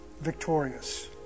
victorious